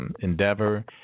endeavor